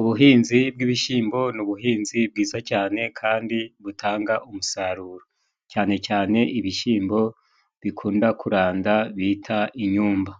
Ubuhinzi bw'ibishyimbo ni ubuhinzi bwiza cyane kandi butanga umusaruro cyane cyane ibishyimbo bikunda kuranda bita inyumba ,